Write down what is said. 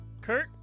Kurt